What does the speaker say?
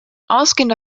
ausgehen